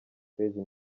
stage